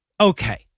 okay